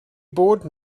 bod